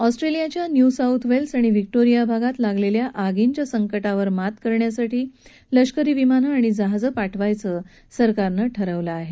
ऑस्ट्रेलियाच्या New South Wales आणि Victoria भागात लागलेल्या आर्गीच्या संक वर मात करण्यासाठी लष्करी विमानं आणि जहाजं पाठवण्याचं सरकारनं ठरवलं आहे